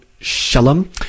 Shalom